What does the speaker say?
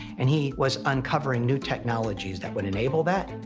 and he was uncovering new technologies that would enable that.